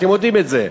אתם יודעים את זה,